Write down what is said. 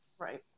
Right